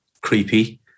creepy